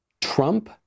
Trump